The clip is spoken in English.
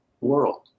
world